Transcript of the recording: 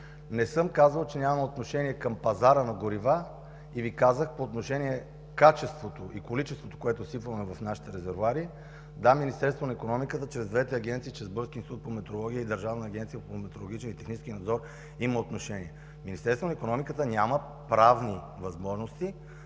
Не съм казал, че нямам отношение към пазара на горива. Казах Ви по отношение качеството и количеството, които сипваме в нашите резервоари, да, Министерството на икономиката чрез двете агенции – чрез Българския институт по метрология и Държавната агенция за метрологичен и технически надзор, има отношение. Министерството на икономиката няма правни възможности